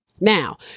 Now